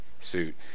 suit